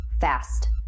fast